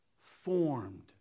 formed